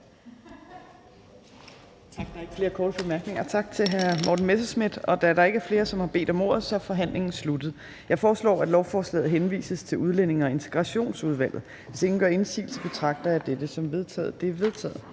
Tak til hr. Morten Messerschmidt. Da der ikke er flere, som har bedt om ordet, er forhandlingen sluttet. Jeg foreslår, at lovforslaget henvises til Udlændinge- og Integrationsudvalget. Hvis ingen gør indsigelse, betragter jeg dette som vedtaget.